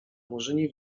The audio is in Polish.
murzyni